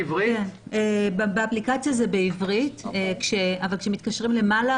באפליקציה זה בעברית אבל כשמתקשרים למעלה,